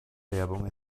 werbung